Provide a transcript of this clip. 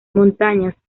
montañas